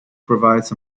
provides